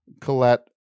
Colette